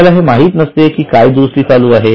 आपल्याला हे माहीत नसते की काय दुरुस्ती चालू आहे